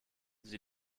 sie